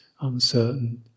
uncertain